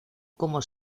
como